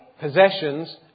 possessions